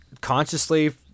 consciously